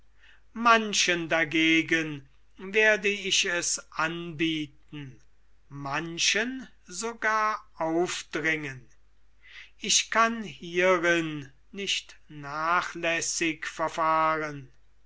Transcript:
manchen werde ich es anbieten manchen sogar aufdringen ich kann hierin nicht nachlässig verfahren